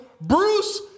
Bruce